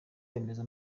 remezo